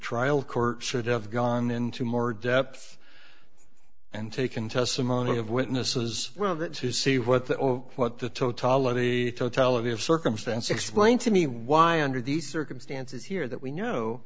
trial court should have gone into more depth and taken testimony of witnesses well that to see what the what the totality totality of circumstances explain to me why under these circumstances here that we know